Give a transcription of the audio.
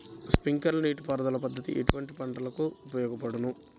Sprinkler నీటిపారుదల పద్దతి ఎటువంటి పంటలకు ఉపయోగపడును?